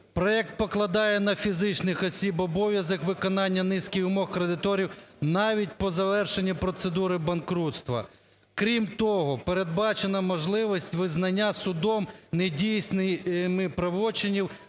Проект покладає на фізичних осіб обов'язок виконання низки вимог кредиторів навіть по завершенні процедури банкрутства. Крім того, передбачена можливість визнання судом недійсними правочинів